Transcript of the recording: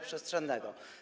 przestrzennego.